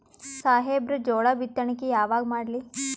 ಸಾಹೇಬರ ಜೋಳ ಬಿತ್ತಣಿಕಿ ಯಾವಾಗ ಮಾಡ್ಲಿ?